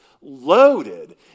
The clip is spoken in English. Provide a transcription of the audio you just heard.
loaded